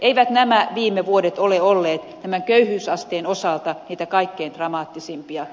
eivät nämä viime vuodet ole olleet köyhyysasteen osalta niitä kaikkein dramaattisimpia